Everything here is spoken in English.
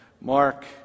Mark